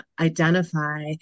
identify